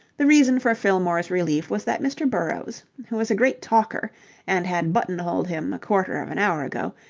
the reason for fillmore's relief was that mr. burrowes, who was a great talker and had buttonholed him a quarter of an hour ago,